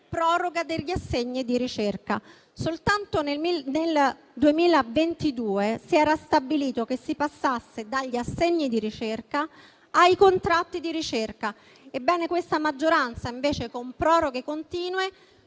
proroga degli assegni di ricerca. Soltanto nel 2022 si era stabilito che si passasse dagli assegni di ricerca ai contratti di ricerca. Ebbene, questa maggioranza, invece, con proroghe continue,